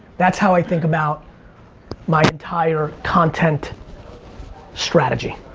that's how i think about my entire content strategy.